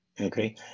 Okay